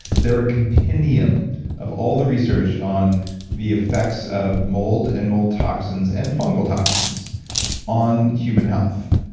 but they were compendium of all the research on the effects of mold and mold toxins and fungal toxins on human health,